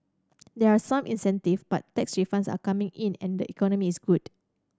there are some incentives but tax refunds are coming in and the economy is good